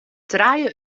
trije